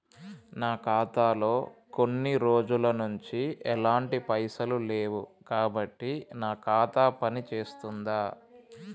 నా ఖాతా లో కొన్ని రోజుల నుంచి ఎలాంటి పైసలు లేవు కాబట్టి నా ఖాతా పని చేస్తుందా?